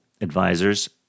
advisors